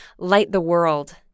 LightTheWorld